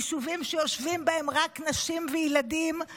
יישובים שיושבים בהם רק נשים וילדים,